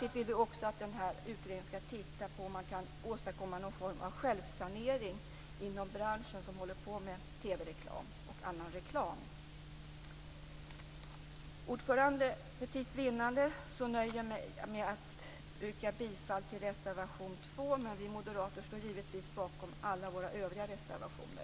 Vi vill också att utredningen skall titta på om det går att åstadkomma någon form av självsanering inom branschen som arbetar med Herr talman! För tids vinnande nöjer jag mig med att yrka bifall till reservation 2. Men vi moderater står givetvis bakom alla övriga reservationer.